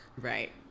Right